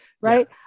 right